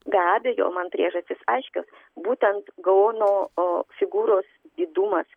be abejo man priežastys aiškios būtent gaono a figūros didumas